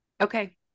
Okay